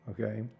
okay